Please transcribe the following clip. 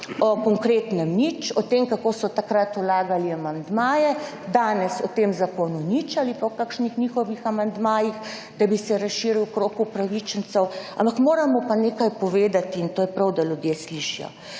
o konkretnem nič, o tem kako so takrat vlagali amandmaje, danes o tem zakonu nič ali pa o kakšnih njihovih amandmajih, da bi se razširil krog upravičencev, ampak moramo pa nekaj povedati in to je prav, da ljudje slišijo.